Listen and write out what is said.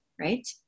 right